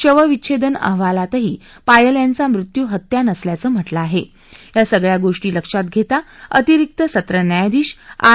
शवविच्छत्ता अहवालातही पायल यांचा मृत्यू हत्या नसल्याचं म्हटलं आह त्या सगळ्या गोष्टी लक्षात घेती अतिरिक्त सत्र न्यायाधीश आर